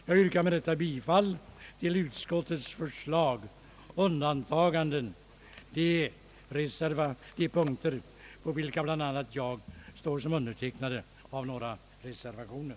Jag yrkar med detta bifall till utskottets förslag, med undantag för de punkter på vilka bl.a. jag står som undertecknare av reservationer.